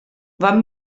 van